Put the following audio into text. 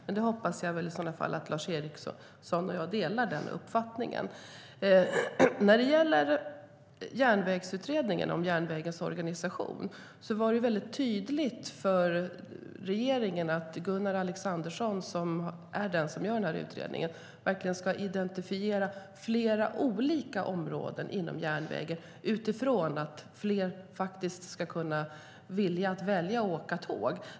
Jag hoppas att Lars Eriksson och jag delar den uppfattningen. När det gäller Järnvägsutredningen, om järnvägens organisation, var det väldigt tydligt för regeringen att Gunnar Alexandersson, som gör utredningen, verkligen ska identifiera flera olika områden inom järnvägen utifrån att fler ska välja att åka tåg.